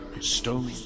stone